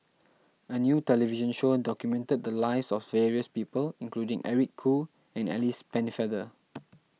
a new television show documented the lives of various people including Eric Khoo and Alice Pennefather